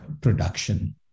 production